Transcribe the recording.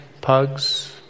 Pugs